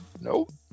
Nope